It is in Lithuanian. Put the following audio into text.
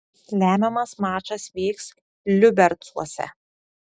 lemiamas mačas vyks liubercuose